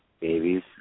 babies